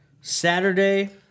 Saturday